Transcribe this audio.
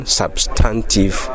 substantive